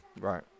right